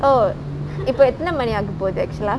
oh இப்ப எத்தண மணி ஆகப்போகுது:ippa ethane mani aagapoguthu actual லா:laa